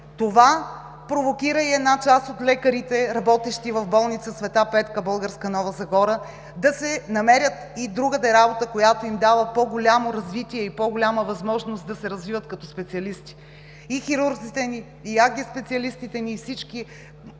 Това провокира и една част от лекарите, работещи в болница „Света Петка Българска“ – Нова Загора, да си намерят и другаде работа, която им дава по-голямо развитие и по-голяма възможност да се развиват като специалисти. И хирурзите ни, и АГ-специалистите ни, и лекари